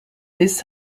this